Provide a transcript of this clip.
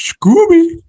Scooby